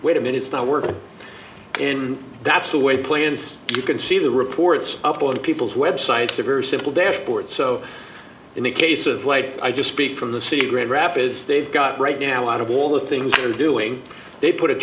wait a minute it's not working and that's the way plants you can see the reports up on people's websites a very simple dashboard so in the case of light i just speak from the city grand rapids they've got right now out of all the things they're doing they put a